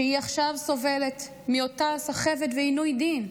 שעכשיו סובלת מאותה סחבת ועינוי דין.